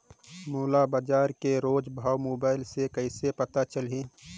मोला बजार के रोज भाव मोबाइल मे कइसे पता चलही?